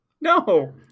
no